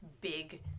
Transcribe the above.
big